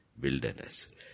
Wilderness